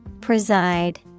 Preside